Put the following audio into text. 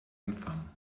empfang